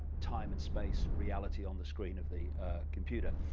time and space reality on the screen of the computer,